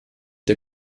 der